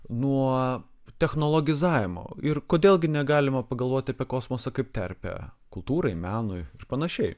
nuo technologizavimo ir kodėl gi negalima pagalvoti apie kosmosą kaip terpę kultūrai menui ir panašiai